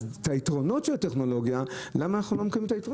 אז את היתרונות של הטכנולוגיה למה אנחנו לא מקבלים?